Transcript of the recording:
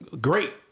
Great